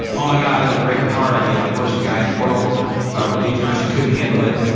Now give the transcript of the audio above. oh my god it would break her heart. i'd be the worst guy in the world if i were to leave her. she couldn't handle it.